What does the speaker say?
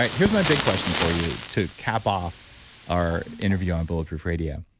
like here's my big question for you to cap off our interview on bulletproof radio,